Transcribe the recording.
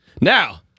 Now